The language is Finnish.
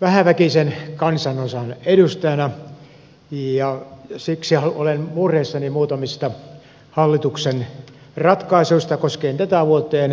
vähäväkisen kansanosan edustajana ja siksi olen murheissani muutamista hallituksen ratkaisuista koskien tätä vuotta ja ennen kaikkea tulevaisuutta